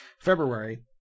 February